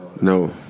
No